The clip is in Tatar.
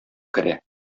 керә